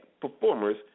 performers